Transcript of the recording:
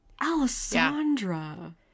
Alessandra